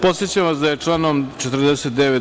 Podsećam vas da je članom 49.